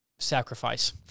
sacrifice